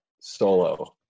solo